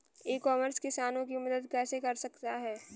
ई commerce किसानों की मदद कैसे कर सकता है?